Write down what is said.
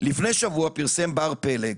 לפני שבוע פרסם בר פלג